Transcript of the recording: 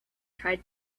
tried